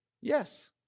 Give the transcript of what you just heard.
Yes